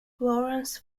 lawrence